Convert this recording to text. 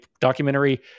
documentary